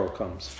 comes